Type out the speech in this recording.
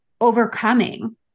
overcoming